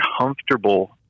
comfortable